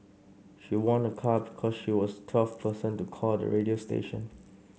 she won a car because she was twelfth person to call the radio station